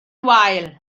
wael